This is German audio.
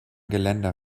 geländer